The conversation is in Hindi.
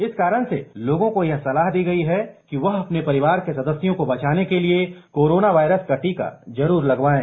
इस कारण से लोगों को ये सलाह दी गई है कि वह अपने परिवार के सदस्यों को बचाने के लिए कोरोना वायरस का टीका जरूर लगवायें